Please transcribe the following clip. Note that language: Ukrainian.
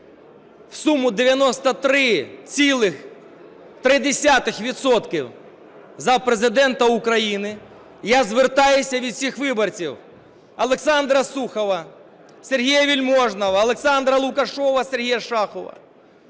в сумі 93,3 відсотка за Президента України, я звертаюсь від усіх виборців Олександра Сухова, Сергія Вельможного, Олександра Лукашева, Сергія Шахова